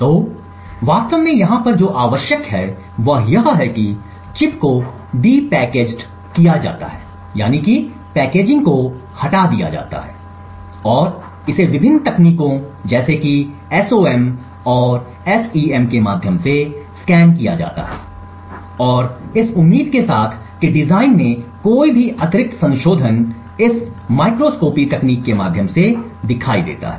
तो वास्तव में यहाँ पर जो आवश्यक है वह यह है कि चिप को डी पैकेज्ड किया जाता है पैकेजिंग को वास्तव में हटा दिया जाता है और इसे विभिन्न तकनीकों जैसे कि एसओएम और एसईएम के माध्यम से स्कैन किया जाता है और इस उम्मीद के साथ कि डिज़ाइन में कोई भी अतिरिक्त संशोधन इस माइक्रोस्कोपी तकनीक के माध्यम से दिखाई देता है